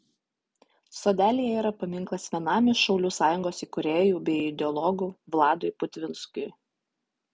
sodelyje yra paminklas vienam iš šaulių sąjungos įkūrėjų bei ideologų vladui putvinskiui